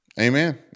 Amen